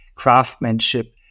craftsmanship